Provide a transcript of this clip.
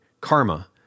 karma